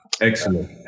Excellent